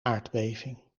aardbeving